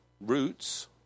roots